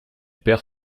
perd